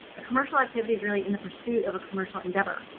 a commercial activity is really in the pursuit of a commercial endeavor.